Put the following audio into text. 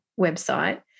website